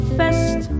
fest